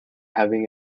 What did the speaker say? having